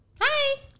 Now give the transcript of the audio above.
Hi